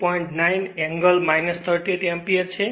9 angle 38 o ampere છે